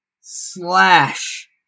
slash